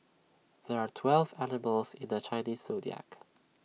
there are twelve animals in the Chinese Zodiac